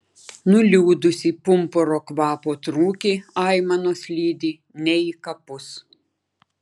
nuliūdusį pumpuro kvapo trūkį aimanos lydi ne į kapus